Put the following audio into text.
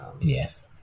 Yes